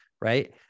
right